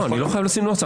לא חייב לשים נוסח.